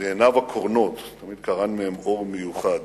בעיניו הקורנות, תמיד קרן מהן אור מיוחד,